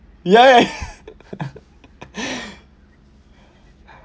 ya ya